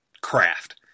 Craft